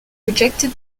rejected